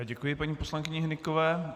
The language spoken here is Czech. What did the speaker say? Děkuji paní poslankyni Hnykové.